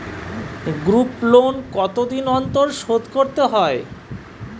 Group loan কতদিন অন্তর শোধকরতে হয়?